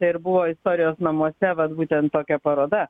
ir buvo parėjo namo vat būtent tokia paroda